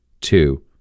two